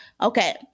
Okay